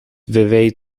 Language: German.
vevey